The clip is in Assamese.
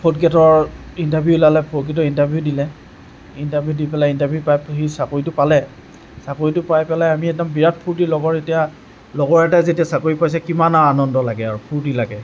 ফ'ৰট গেডৰ ইণ্টাৰভিউ ওলালে ফ'ৰট গেডৰ ইণ্টাৰভিউ দিলে ইণ্টাৰভিউ দি পেলায় সি চাকৰিটো পালে চাকৰিটো পাই পেলাই আমি একদম বিৰাট ফুৰ্ত্তি লগৰ যেতিয়া লগৰ এটাই যেতিয়া চাকৰি পাইছে কিমান আৰু আনন্দ লাগে আৰু ফুৰ্ত্তি লাগে